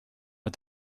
but